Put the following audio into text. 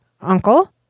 uncle